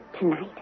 Tonight